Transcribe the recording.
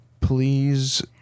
Please